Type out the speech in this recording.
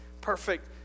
perfect